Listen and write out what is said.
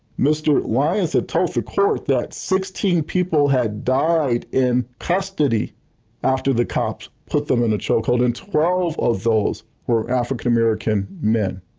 mr. lyons tells the court that sixteen people had died in custody after the cops put them in a chokehold and twelve of those were african american men.